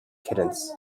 kittens